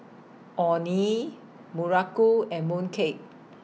Orh Nee Muruku and Mooncake